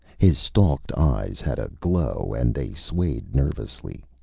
his stalked eyes had a glow and they swayed nervously.